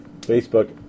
Facebook